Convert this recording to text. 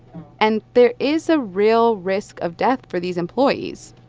and there is a real risk of death for these employees.